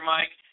Mike